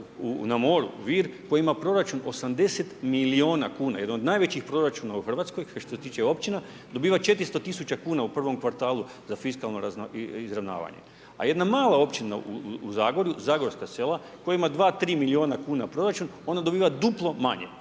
na moru Vir, koja ima proračun 80 milijuna kuna, jedan od najvećih proračuna u Hrvatskoj što se tiče općina, dobiva 400.000 kuna u prvom kvartalu za fiskalno izravnavanje, a jedna mala općina u Zagorju, Zagorska sela koja ima 2-3 milijuna kuna proračun, ona dobiva duplo manje,